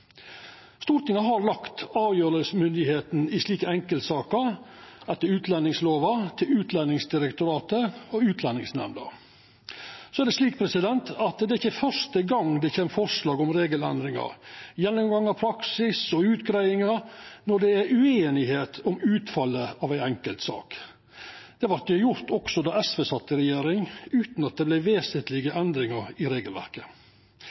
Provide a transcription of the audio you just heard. Stortinget har lagt avgjerslemyndigheita i slike enkeltsaker etter utlendingslova til Utlendingsdirektoratet og Utlendingsnemnda. Det ikkje er første gang det kjem forslag om regelendringar, gjennomgang av praksis og utgreiingar når det er ueinigheit om utfallet av ei enkeltsak. Det vart også gjort då SV satt i regjering utan at det vart vesentlege endringar i regelverket.